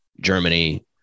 Germany